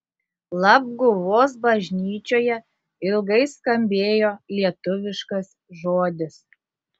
labguvos bažnyčioje ilgai skambėjo lietuviškas žodis